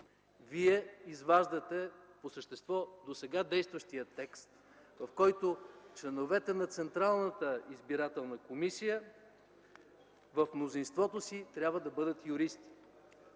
вие изваждате по същество досега действащия текст, в който членовете на Централната избирателна комисия в мнозинството си трябва да бъдат юристи.